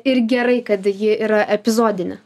ir gerai kad ji yra epizodinė